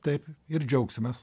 taip ir džiaugsimės